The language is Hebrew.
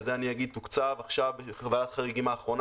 על זה אגיד שתוקצב עכשיו בוועדת החריגים האחרונה